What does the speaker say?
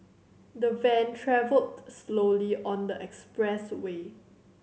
the van travelled slowly on the expressway